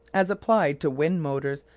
as applied to wind-motors,